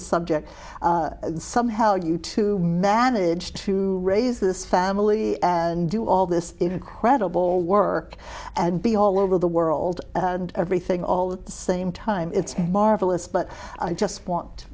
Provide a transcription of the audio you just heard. subject somehow you two managed to raise this family as do all this incredible work and be all over the world and everything all the same time it's marvelous but i just want